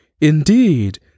Indeed